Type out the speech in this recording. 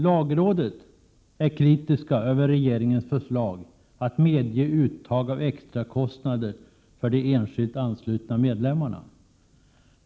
Lagrådet är kritiskt till regeringens förslag att medge uttag av extra kostnader för de enskilt anslutna medlemmarna.